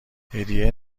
هدیه